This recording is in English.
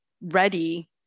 ready